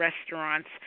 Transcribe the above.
restaurants